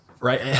Right